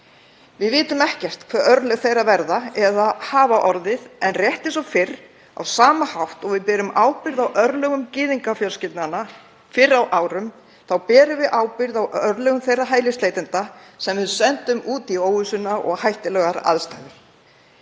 Við vitum ekkert hver örlög þeirra verða eða hafa orðið en rétt eins og fyrr, á sama hátt og við berum ábyrgð á örlögum gyðingafjölskyldnanna fyrr á árum, þá berum við ábyrgð á örlögum þeirra hælisleitenda sem við sendum út í óvissu og hættulegar aðstæður.